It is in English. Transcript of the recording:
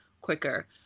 quicker